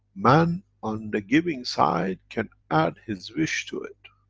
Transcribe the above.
man on the giving side can add his wish to it,